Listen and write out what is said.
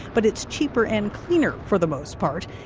but it's cheaper and cleaner, for the most part.